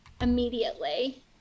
immediately